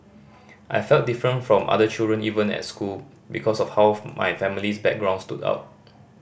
I felt different from other children even at school because of how my family's background stood out